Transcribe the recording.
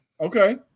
Okay